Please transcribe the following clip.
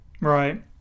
Right